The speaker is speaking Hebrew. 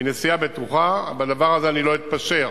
היא נסיעה בטוחה, בדבר הזה אני לא אתפשר.